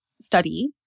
study